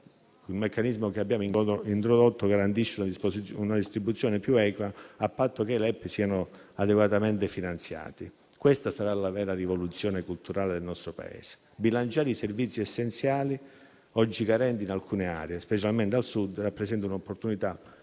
il meccanismo che abbiamo introdotto garantisce una distribuzione più equa a patto che i LEP siano adeguatamente finanziati. Questa sarà la vera rivoluzione culturale del nostro Paese: bilanciare i servizi essenziali, oggi carenti in alcune aree, specialmente al Sud, rappresenta un'opportunità